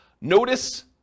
Notice